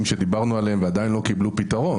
שדיברנו עליהם ועדיין לא קיבלו פתרון.